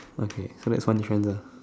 okay so like funny trends ah